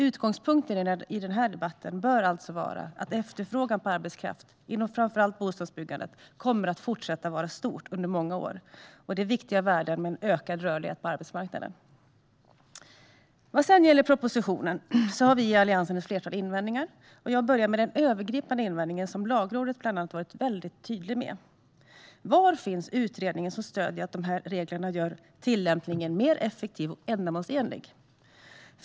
Utgångspunkten i den här debatten bör alltså vara att efterfrågan på arbetskraft inom framför allt bostadsbyggandet kommer att vara stor under många år och att det finns viktiga värden i ökad rörlighet på arbetsmarknaden. Vad gäller propositionen har vi i Alliansen ett flertal invändningar. Jag börjar med den övergripande invändningen som Lagrådet varit väldigt tydligt med: Var finns utredningen som stöder att dessa regler gör tillämpningen mer effektiv och ändamålsenlig?